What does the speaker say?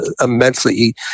immensely